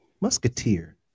musketeer